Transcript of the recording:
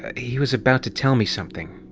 he was about to tell me something.